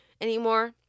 anymore